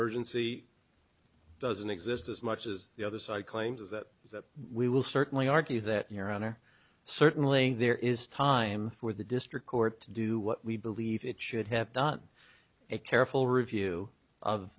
urgency doesn't exist as much as the other side claims is that is that we will certainly argue that your honor certainly there is time for the district court to do what we believe it should have done a careful review of